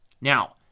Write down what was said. Now